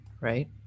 right